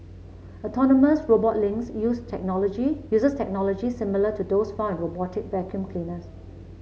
autonomous robot Lynx use technology uses technology similar to those found in robotic vacuum cleaners